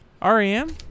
rem